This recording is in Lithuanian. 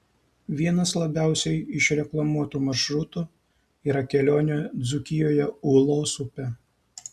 vienas labiausiai išreklamuotų maršrutų yra kelionė dzūkijoje ūlos upe